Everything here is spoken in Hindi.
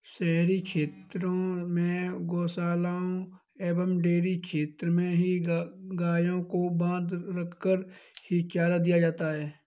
शहरी क्षेत्र में गोशालाओं एवं डेयरी क्षेत्र में ही गायों को बँधा रखकर ही चारा दिया जाता है